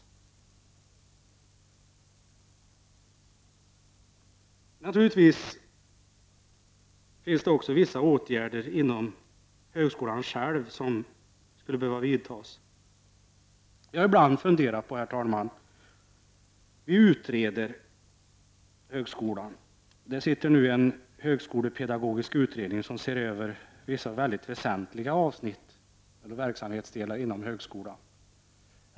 Man skulle naturligtvis också behöva vidta vissa åtgärder inom själva högskolan. Jag har ibland funderat på detta, herr talman. Vi utreder högskolan. Just nu arbetar en högskolepedagogisk utredning som ser över vissa väsentliga verksamhetsdelar inom högskolan.